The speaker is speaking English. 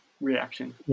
reaction